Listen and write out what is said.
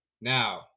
Now